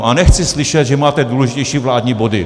A nechci slyšet, že máte důležitější vládní body.